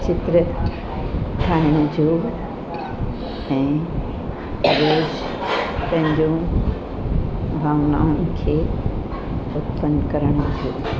चित्र ठाहिण जो ऐं पंहिंजो भावनाउनि खे उतपन्न करण घुरिजे